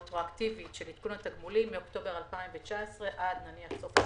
הרטרואקטיבית של עדכון התגמולים מאוקטובר 2019 עד נניח סוף השנה,